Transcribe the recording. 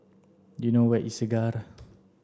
do you know where is Segar